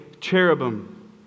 cherubim